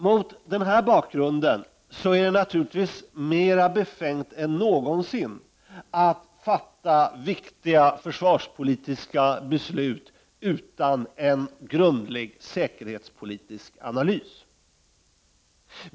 Mot denna bakgrund är det naturligtvis mer befängt att någonsin att fatta viktiga försvarspolitiska beslut utan en grundlig säkerhetspolitisk analys.